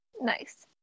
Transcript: Nice